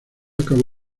acabó